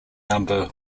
number